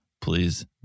please